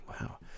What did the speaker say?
Wow